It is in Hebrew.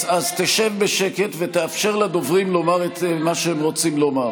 אז תשב בשקט ותאפשר לדוברים לומר את מה שהם רוצים לומר.